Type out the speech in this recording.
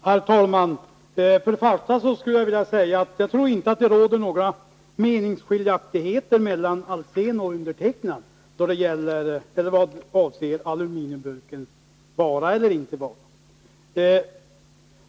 Herr talman! Först skulle jag vilja säga att jag inte tror att det råder några meningskiljaktigheter mellan Hans Alsén och mig vad avser aluminiumburkens vara eller inte vara.